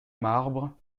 marbre